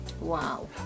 Wow